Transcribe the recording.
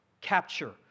capture